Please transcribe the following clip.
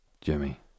Jimmy